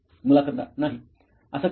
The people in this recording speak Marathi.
मुलाखतदार नाही असं काही नाही